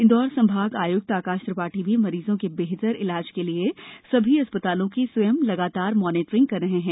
इंदौर संभाग आय्क्त आकाश त्रिपाठी भी मरीजों के बेहतर इलाज के लिए सभी अस्पतालों की स्वयं लगातार निगरानी कर रहे हैं